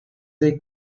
des